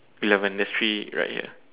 eleven there's three right here